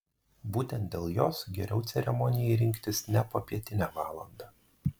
būtent dėl jos geriau ceremonijai rinktis ne popietinę valandą